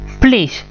please